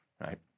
right